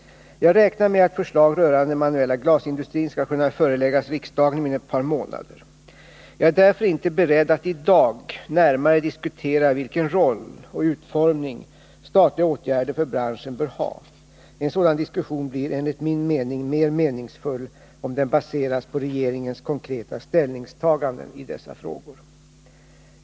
Jag räknar med att förslag rörande den manuella glasindustrin skall kunna föreläggas riksdagen inom ett par månader. Jag är därför inte beredd att i dag närmare diskutera vilken roll och utformning statliga åtgärder för branschen bör ha. En sådan diskussion blir enligt min mening mer meningsfull, om den baseras på regeringens konkreta ställningstaganden i dessa frågor.